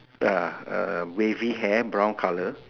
ya uh wavy hair brown colour